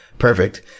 Perfect